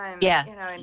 Yes